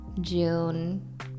June